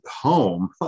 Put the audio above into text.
home